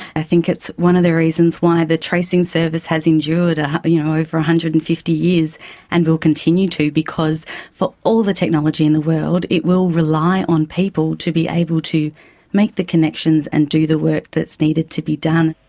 i think it's one of the reasons why the trasing service has endured ah you know over one hundred and fifty years and will continue to, because for all the technology in the world, it will rely on people to be able to make the connections and do the work that's needed to be done.